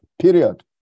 period